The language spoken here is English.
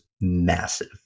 massive